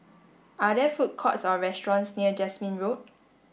are there food courts or restaurants near Jasmine Road